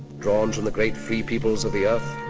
drawn from the great free peoples of the earth,